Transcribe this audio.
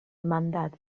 mandat